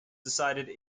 decided